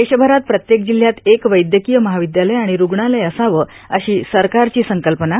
देशभरात प्रत्येक जिल्ह्यात एक वैद्यकीय महाविद्यालय आणि रूग्णालय असावं अशी सरकारची संकल्पना आहे